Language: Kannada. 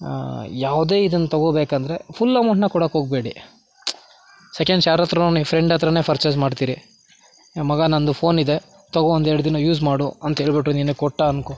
ಯಾವುದೇ ಇದನ್ನ ತೊಗೊಬೇಕು ಅಂದರೆ ಫುಲ್ ಅಮೌಂಟನ್ನ ಕೊಡಕ್ಕೋಗ್ಬೇಡಿ ಸೆಕೆಂಡ್ಸ್ ಯಾರ ಹತ್ರನೋ ನಿಮ್ಮ ಫ್ರೆಂಡ್ ಹತ್ರನೆ ಫರ್ಚೇಸ್ ಮಾಡ್ತೀರಿ ಏ ಮಗ ನನ್ನದು ಫೋನಿದೆ ತೊಗೋ ಒಂದೆರಡು ದಿನ ಯೂಸ್ ಮಾಡು ಅಂತೇಳ್ಬಿಟ್ಟು ನಿನಗೆ ಕೊಟ್ಟ ಅನ್ಕೊ